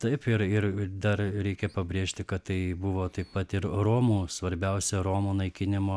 taip ir ir dar reikia pabrėžti kad tai buvo taip pat ir romų svarbiausia romų naikinimo